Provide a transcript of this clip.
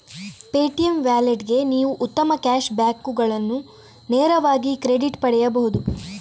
Paytm ವ್ಯಾಲೆಟ್ಗೆ ನೀವು ಉತ್ತಮ ಕ್ಯಾಶ್ ಬ್ಯಾಕುಗಳನ್ನು ನೇರವಾಗಿ ಕ್ರೆಡಿಟ್ ಪಡೆಯಬಹುದು